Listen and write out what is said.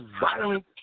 violent